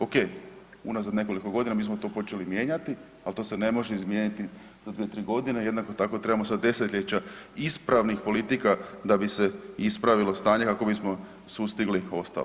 Oke, unazad nekoliko godina mi smo to počeli mijenjati, al to se ne može izmijeniti za 2-3.g. Jednako tako trebamo sad desetljeća ispravnih politika da bi se ispravilo stanje kako bismo sustigli ostale.